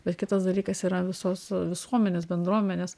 bet kitas dalykas yra visos visuomenės bendruomenės